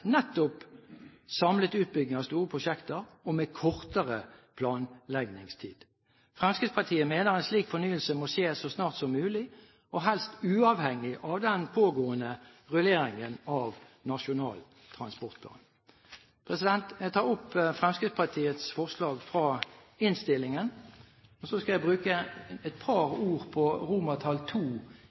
nettopp samlet utbygging av store prosjekter og med kortere planleggingstid. Fremskrittspartiet mener at en slik fornyelse må skje så snart som mulig, og helst uavhengig av den pågående rulleringen av Nasjonal transportplan. Jeg tar opp Fremskrittspartiets forslag i innstillingen. Så skal jeg bruke et par ord på